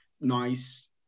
nice